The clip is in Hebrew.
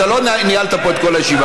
אתה לא ניהלת פה את כל הישיבה.